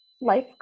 life